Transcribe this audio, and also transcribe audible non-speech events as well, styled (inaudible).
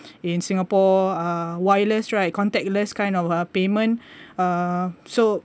in singapore uh wireless right contactless kind of uh payment (breath) uh so